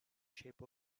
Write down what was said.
shape